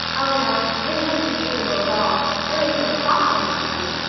oh, no, it wouldn't be suitable at all. there is no plot in it, you see.